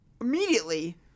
immediately